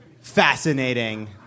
Fascinating